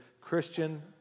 Christian